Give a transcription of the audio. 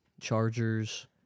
Chargers